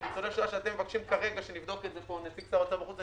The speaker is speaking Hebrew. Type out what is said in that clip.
וניצולי השואה שאתם מבקשים כרגע שנבדוק את זה נציג שר האוצר בחוץ,